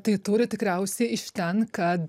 tai turi tikriausiai iš ten kad